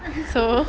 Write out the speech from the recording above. so